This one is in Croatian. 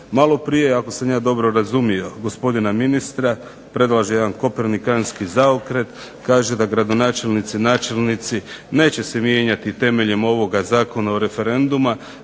Malo prije ako sam ja dobro razumi gospodina ministra predlaže jedan kopernikanski zaokret. Kaže da gradonačelnici, načelnici neće se mijenjati temeljem ovog Zakona o referendumu